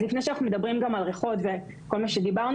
אז לפני שאנחנו מדברים גם על ריחות וכל מה שדיברנו